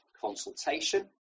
consultation